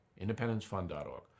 independencefund.org